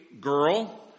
girl